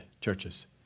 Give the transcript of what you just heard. churches